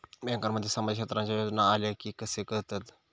बँकांमध्ये सामाजिक क्षेत्रांच्या योजना आल्या की कसे कळतत?